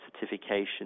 certification